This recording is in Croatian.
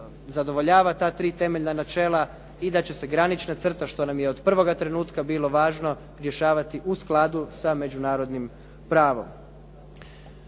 zadovoljava ta tri temeljna načela i da će se granična crta, što nam je od prvoga trenutka bilo važno rješavati u skladu sa međunarodnim pravom.